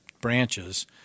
branches